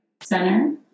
center